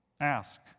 Ask